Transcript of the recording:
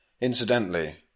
Incidentally